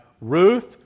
Ruth